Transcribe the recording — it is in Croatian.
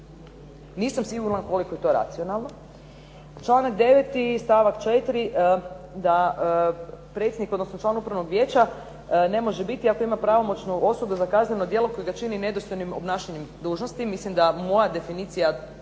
Nisam sigurna koliko je to racionalno. Članak 9. stavak 4, da predsjednik odnosno član Upravnog vijeća ne može biti ako ima pravomoćnu osudu za kazneno djelo koje ga čini nedostojnim obnašanjem dužnosti. Mislim da moja definicija